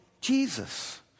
Jesus